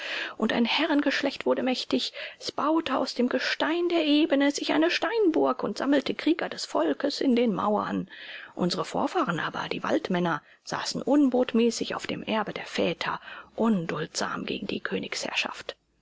und ein herrengeschlecht wurde mächtig es baute aus dem gestein der ebene sich eine steinburg und sammelte krieger des volkes in den mauern unsere vorfahren aber die waldmänner saßen unbotmäßig auf dem erbe der väter unduldsam gegen die königsherrschaft